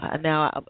Now